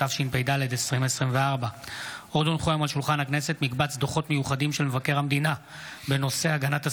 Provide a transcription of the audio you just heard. התשפ"ד 2024. מקבץ דוחות מיוחדים של מבקר המדינה בנושא הגנת הסביבה,